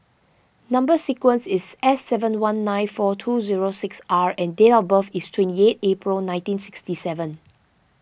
Number Sequence is S seven one nine two two zero six R and date of birth is twenty eight April nineteen sixty seven